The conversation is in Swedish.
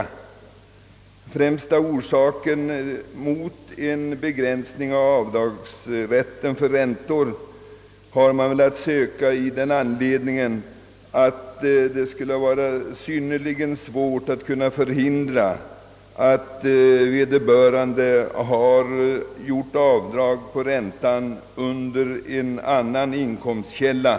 Det främsta skälet till att motsätta sig en begränsning av avdragsrätten för räntor torde vara att det skulle vara synnerligen svårt att förhindra att vederbörande gör avdrag på räntan under en annan inkomstkälla.